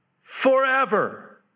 forever